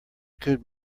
could